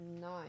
nine